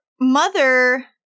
mother